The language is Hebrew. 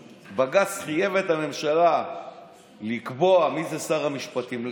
בג"ץ חייב את הממשלה לקבוע מי זה שר המשפטים,